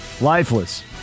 Lifeless